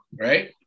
right